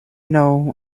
know